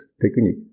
technique